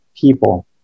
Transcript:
people